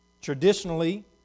Traditionally